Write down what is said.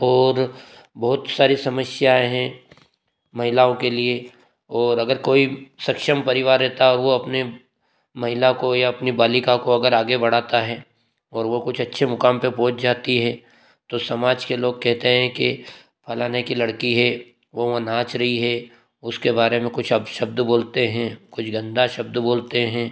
ओर बहुत सारी समस्याएँ हें महिलाओं के लिए ओर अगर कोई सक्षम परिवार रहता वो अपने महिला को या अपनी बालिका को अगर आगे बढ़ाता हे ओर वो कुछ अच्छे मुकाम पर पहुँच जाती है तो समाज के लोग कहते हैं कि फलाने की लड़की है वो वहाँ नाच रही है उसके बारे में कुछ अपशब्द बोलते हैं कुछ गंदा शब्द बोलते हैं